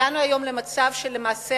הגענו היום למצב שלמעשה,